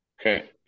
Okay